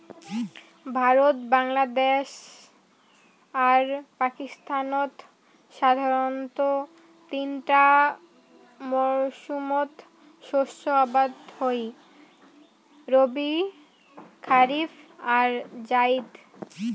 ভারত, বাংলাদ্যাশ আর পাকিস্তানত সাধারণতঃ তিনটা মরসুমত শস্য আবাদ হই রবি, খারিফ আর জাইদ